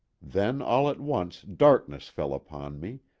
then all at once darkness fell upon me,